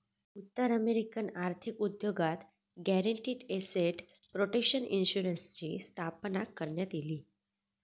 उत्तर अमेरिकन आर्थिक उद्योगात गॅरंटीड एसेट प्रोटेक्शन इन्शुरन्सची स्थापना करण्यात इली